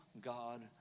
God